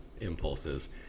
impulses